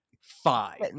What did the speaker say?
five